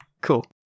Cool